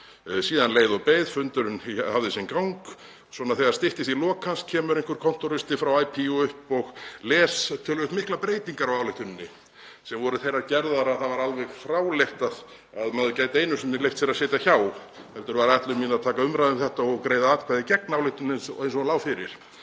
Síðan leið og beið, fundurinn hafði sinn gang og þegar styttist í lok hans kemur einhver kontóristi frá IPU og les töluvert miklar breytingar á ályktuninni sem voru þeirrar gerðar að það var alveg fráleitt að maður gæti einu sinni leyft sér að sitja hjá heldur var ætlun mín að taka umræðu um þetta og greiða atkvæði gegn ályktuninni eins og hún lá fyrir.